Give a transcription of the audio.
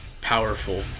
powerful